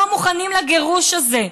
לא מוכנים לגירוש הזה.